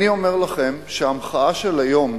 אני אומר לכם שהמחאה של היום,